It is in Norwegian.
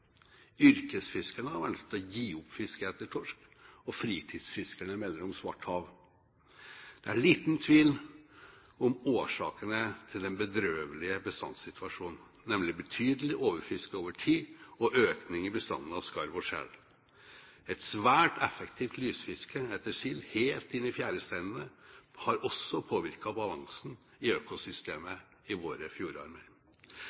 Yrkesfiskerne har valgt å gi opp fisket etter torsk, og fritidsfiskerne melder om svart hav. Det er liten tvil om årsakene til den bedrøvelige bestandssituasjonen, nemlig betydelig overfiske over tid og økning i bestanden av skarv og sel. Et svært effektivt lysfiske etter sild helt inne i fjæresteinene har også påvirket balansen i